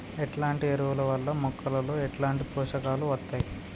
ఎట్లాంటి ఎరువుల వల్ల మొక్కలలో ఎట్లాంటి పోషకాలు వత్తయ్?